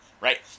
right